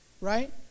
right